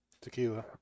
tequila